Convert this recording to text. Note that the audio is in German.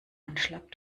anschlag